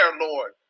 Lord